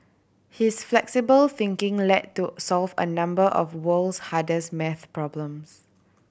his flexible thinking led to solve a number of world's hardest math problems